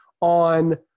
on